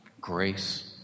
Grace